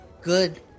Good